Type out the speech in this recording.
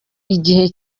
igihe